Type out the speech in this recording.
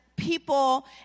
people